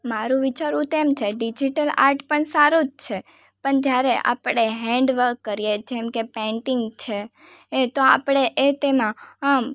મારૂં વિચારવું તેમ છે ડિઝિટલ આટ પણ સારું જ છે પણ જ્યારે આપણે હેન્ડ વક કરીએ જેમ કે પેંટિંગ છે એ તો આપણે એ તેમાં અમ